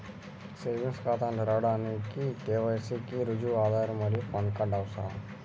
savings ఖాతాను తెరవడానికి KYC కి రుజువుగా ఆధార్ మరియు పాన్ కార్డ్ అవసరం